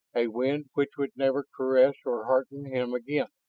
a wind which would never caress or hearten him again,